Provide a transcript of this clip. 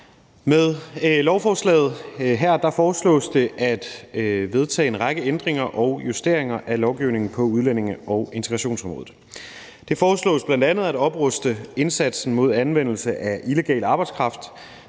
Med lovforslaget her foreslås det at vedtage en række ændringer og justeringer af lovgivningen på udlændinge- og integrationsområdet. Det foreslås bl.a. at opruste indsatsen mod anvendelse af illegal arbejdskraft,